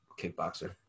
kickboxer